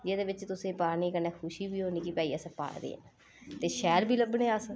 जेह्दे बिच्च तुसें पाने कन्नै खुशी बी होनी कि भई असें पाए दे न ते शैल बी लब्भने अस